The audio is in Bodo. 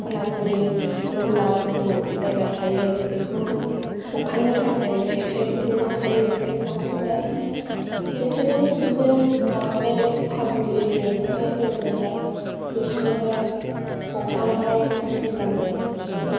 खना खनि दह्ला गोथौ जायगा थायो बेखौ हखांनो थाखाय जेखाइखौबो लांफायो लांफाबाय ओमफ्राय जेखाइजोंनो बिदिनो माबाबाय हाब्रु एरैनोखौहाय गोग्रोमबाय गुरसनबाय हखांबाय बिदि खालामो ओमफ्राय